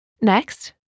Next